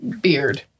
beard